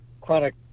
chronic